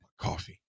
coffee